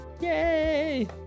yay